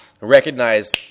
recognize